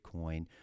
Bitcoin